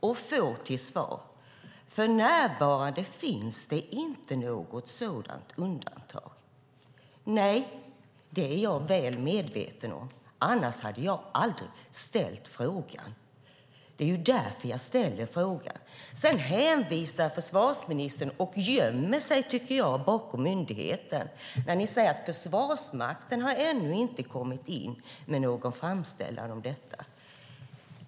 Jag får till svar: För närvarande finns det inte något sådant undantag. Nej, det är jag väl medveten om. I så fall hade jag inte ställt frågan. Sedan hänvisar försvarsministern till och, tycker jag, gömmer sig bakom myndigheten när hon säger att Försvarsmakten ännu inte kommit in med någon framställan om detta.